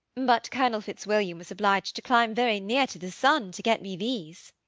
but colonel fitzwilliam was obliged to climb very near to the sun to get me these.